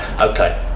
Okay